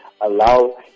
allow